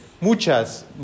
muchas